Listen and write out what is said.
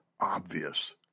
obvious